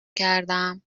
کردم